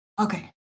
Okay